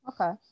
Okay